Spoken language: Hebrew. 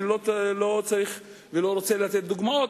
אני לא צריך ולא רוצה לתת דוגמאות,